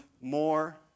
more